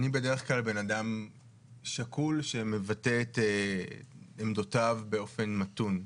אני בדרך כלל בן אדם שקול שמבטא את עמדותיו באופן מתון.